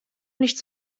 nicht